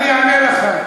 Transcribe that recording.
אני אענה לך.